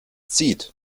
zieht